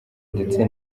ndetse